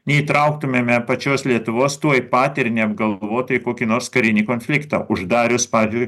neįtrauktumėme pačios lietuvos tuoj pat ir neapgalvotai kokį nors karinį konfliktą uždarius pavyzdžiui